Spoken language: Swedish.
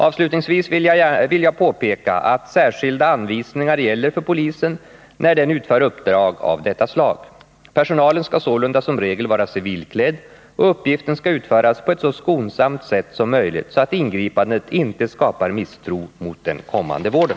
Avslutningsvis vill jag påpeka att särskilda anvisningar gäller för polisen när den utför uppdrag av detta slag. Personalen skall sålunda som regel vara civilklädd, och uppgiften skall utföras på ett så skonsamt sätt som möjligt, så att ingripandet inte skapar misstro mot den kommande vården.